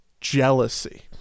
jealousy